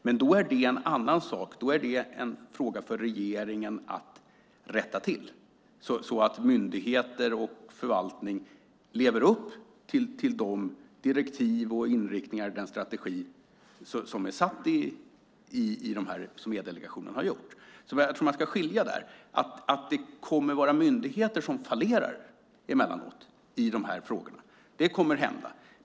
Men då är det en annan sak. Då är det en fråga för regeringen att rätta till så att myndigheter och förvaltning lever upp till de direktiv och inriktningar samt den strategi som E-delegationen har utformat. Jag tror att man ska skilja på detta. Det kommer att vara myndigheter som fallerar emellanåt i de här frågorna. Det kommer att hända.